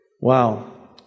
Wow